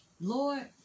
lord